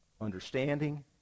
understanding